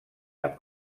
amb